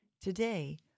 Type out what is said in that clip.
Today